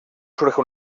surge